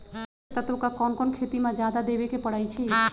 पोषक तत्व क कौन कौन खेती म जादा देवे क परईछी?